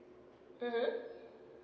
mmhmm